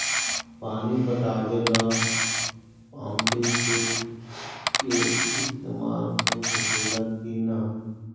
पानी पटावे ल पामपी सेट के ईसतमाल हो सकेला कि ना?